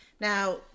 Now